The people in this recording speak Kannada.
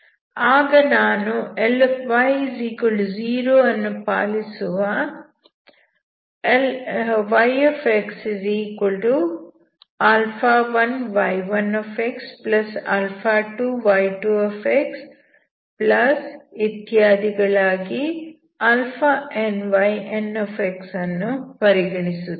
ಆಗ ನಾನು Ly0 ಅನ್ನು ಪಾಲಿಸುವ yx1y1x2y2xnyn ಅನ್ನು ಪರಿಗಣಿಸುತ್ತೇನೆ